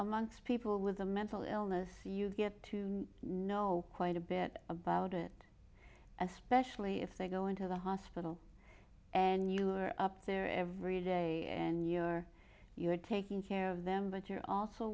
amongst people with a mental illness you get to know quite a bit about it especially if they go into the hospital and you are up there every day and you're you're taking care of them but you're also